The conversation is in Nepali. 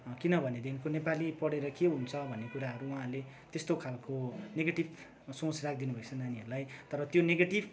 किन भनेदेखि त्यो नेपाली पढेर के हुन्छ भन्ने कुराहरू उहाँले त्यस्तो खाले नेगेटिभ सोच राखिदिनु भएछ नानीहरूलाई तर त्यो नेगेटिभ